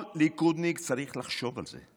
כל ליכודניק צריך לחשוב על זה.